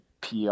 PR